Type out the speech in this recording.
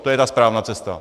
To je ta správná cesta.